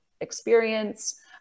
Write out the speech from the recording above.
experience